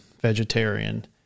vegetarian